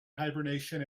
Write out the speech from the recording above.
hibernation